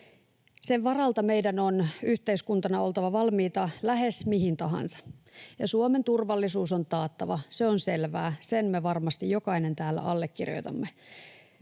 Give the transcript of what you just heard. Sen varalta meidän on yhteiskuntana oltava valmiita lähes mihin tahansa. Ja Suomen turvallisuus on taattava, se on selvää, sen me varmasti jokainen täällä allekirjoitamme.